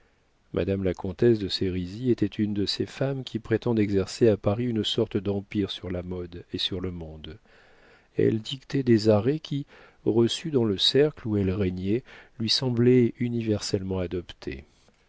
madame la comtesse de sérizy était une de ces femmes qui prétendent exercer à paris une sorte d'empire sur la mode et sur le monde elle dictait des arrêts qui reçus dans le cercle où elle régnait lui semblaient universellement adoptés